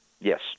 Yes